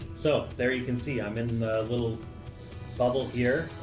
so there you can see i'm in the little bubble here.